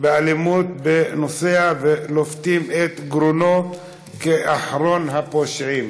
באלימות בנוסע ולופתים את גרונו כאחרון הפושעים,